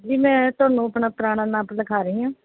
ਜੀ ਮੈਂ ਤੁਹਾਨੂੰ ਆਪਣਾ ਪੁਰਾਣਾ ਨਾਪ ਲਿਖਾ ਰਹੀ ਹਾਂ